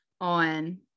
on